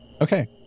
Okay